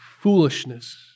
foolishness